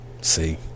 see